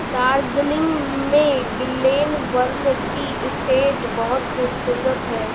दार्जिलिंग में Glenburn tea estate बहुत खूबसूरत है